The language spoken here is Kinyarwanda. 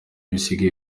bisigaye